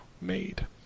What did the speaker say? made